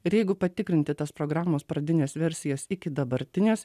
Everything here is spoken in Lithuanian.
ir jeigu patikrinti tas programos pradines versijas iki dabartinės